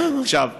בסדר, בסדר, בסדר.